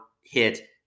hit